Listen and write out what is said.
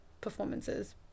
performances